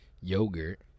yogurt